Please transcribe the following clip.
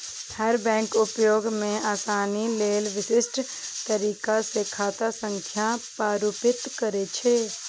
हर bank उपयोग मे आसानी लेल विशिष्ट तरीका सं खाता संख्या प्रारूपित करै छै